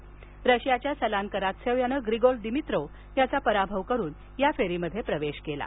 तर रशियाच्या सलान करात्सेव यानं ग्रिगोर दिमित्रोव याचा पराभव करून या फेरीत प्रवेश केला आहे